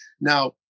Now